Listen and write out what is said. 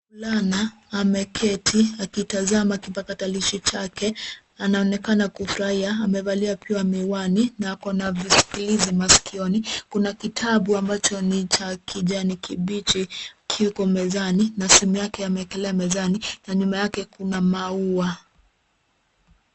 Mvulana, ameketi, akitazama kipakatalishi chake. Anaonekana kufurahia. Amevalia pia miwani na ako na visikilizi masikioni, kuna kitabu ambacho ni cha kijani kibichi kiko mezani na simu yake ameekelea mezani na nyuma yake kuna maua.